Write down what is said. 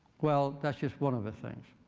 well, that's just one of the things.